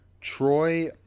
Troy